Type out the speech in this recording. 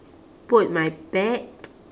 put my bat